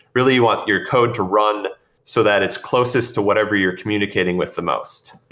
really, you want your code to run so that is closest to whatever you're communicating with the most.